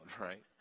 right